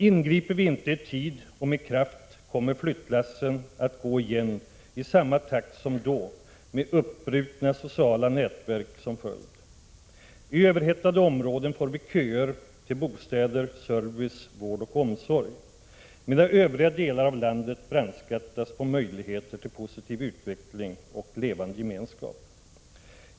Ingriper vi inte i tid och med kraft kommer flyttlassen att gå igen i samma takt som då, med uppbrutna sociala nätverk som följd. I överhettade områden uppstår köer till bostäder, service, vård och omsorg, medan övriga delar av landet brandskattas på möjligheter till positiv utveckling och levande gemenskap.